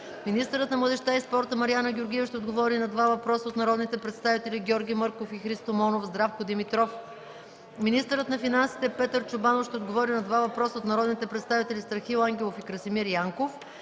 Министърът на младежта и спорта Мариана Георгиева ще отговори на два въпроса от народните представители Георги Мърков и Христо Монов; и Здравко Димитров. Министърът на финансите Петър Чобанов ще отговори на два въпроса от народните представители Страхил Ангелов; и Красимир Янков